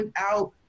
out